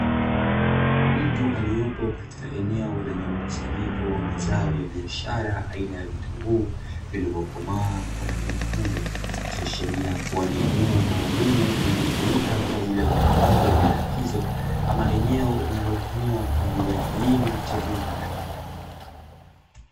Mtu aliyopo katika eneo lenye mkusanyiko wa mazao ya biashara aina ya vitunguu vilivyokomaa kwa rangi nyekundu, ikiashiria kuwa ni eneo maalumu linalotumika kwa ajili ya uhifadhi wa bidhaa hizo ama eneo linalotumiwa kwa ajili ya kilimo cha viwanda.